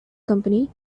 company